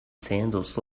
sandals